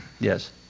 Yes